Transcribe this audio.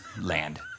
Land